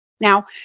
Now